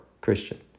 Christian